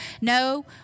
No